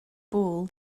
ball